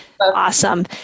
Awesome